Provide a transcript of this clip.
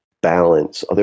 balance